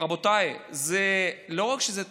רבותיי, לא רק שזו תופעה,